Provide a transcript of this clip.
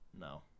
No